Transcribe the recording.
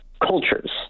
cultures